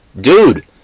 dude